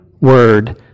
word